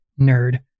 nerd